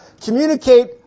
communicate